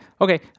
okay